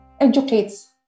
educates